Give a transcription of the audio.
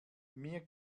mir